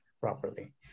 properly